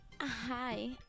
Hi